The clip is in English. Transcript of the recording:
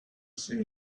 see